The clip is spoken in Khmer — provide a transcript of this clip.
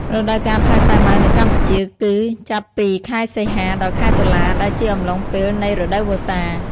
រដូវកាលផ្លែសាវម៉ាវនៅកម្ពុជា គឺចាប់ពី ខែសីហា ដល់ខែតុលា ដែលជាអំឡុងពេលនៃ រដូវវស្សា។